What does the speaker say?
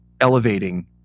Elevating